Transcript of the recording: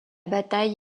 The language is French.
bataille